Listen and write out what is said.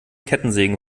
kettensägen